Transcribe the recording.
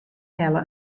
helle